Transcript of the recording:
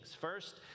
First